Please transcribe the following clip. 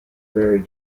very